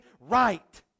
right